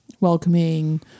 welcoming